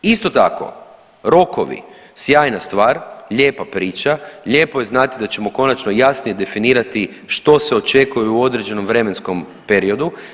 Isto tako rokovi, sjajna stvar, lijepa priča, lijepo je znati da ćemo konačno jasnije definirati što se očekuje u određenom vremenskom periodu.